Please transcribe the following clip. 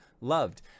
loved